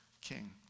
king